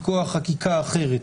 מכוח חקיקה אחרת,